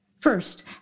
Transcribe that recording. First